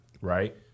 right